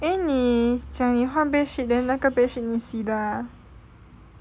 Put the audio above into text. eh 你讲你换 bedsheet then 那个 bedsheet 你洗的 ah